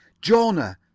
Jonah